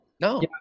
No